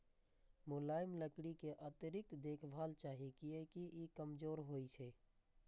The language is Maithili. मुलायम लकड़ी कें अतिरिक्त देखभाल चाही, कियैकि ई कमजोर होइ छै